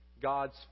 God's